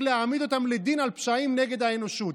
להעמיד אותם לדין על פשעים נגד האנושות?